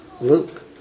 Luke